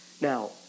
Now